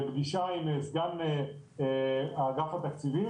פגישה עם סגן מנהל אגף התקציבים,